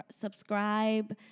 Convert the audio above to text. subscribe